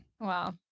Wow